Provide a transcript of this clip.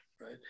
right